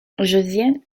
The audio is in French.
josiane